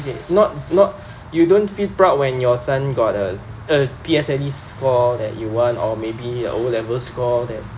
okay not not you don't feel proud when your son got a a P_S_L_E score that you want or maybe a O level score that